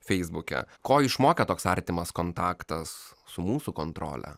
feisbuke ko išmokė toks artimas kontaktas su mūsų kontrole